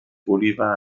bolívar